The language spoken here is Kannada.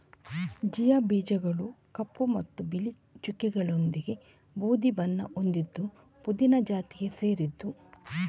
ಚಿಯಾ ಬೀಜಗಳು ಕಪ್ಪು ಮತ್ತು ಬಿಳಿ ಚುಕ್ಕೆಗಳೊಂದಿಗೆ ಬೂದು ಬಣ್ಣ ಹೊಂದಿದ್ದು ಪುದೀನ ಜಾತಿಗೆ ಸೇರಿದ್ದು